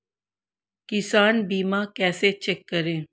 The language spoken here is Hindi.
किसान बीमा कैसे चेक करें?